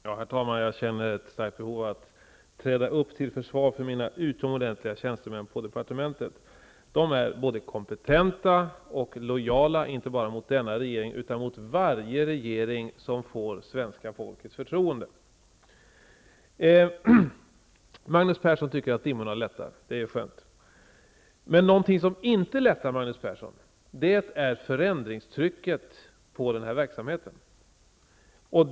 Herr talman! Jag känner ett starkt behov av att träda upp till försvar för mina utomordentliga tjänstemän på departementet. De är både kompetenta och lojala, inte bara mot denna regering utan mot varje regering som får svenska folkets förtroende. Magnus Persson tycker att dimmorna lättar. Det är skönt. Men någonting som inte lättar, Magnus Persson, är förändringstrycket på den här verksamheten.